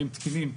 האם תקינים,